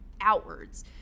outwards